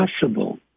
possible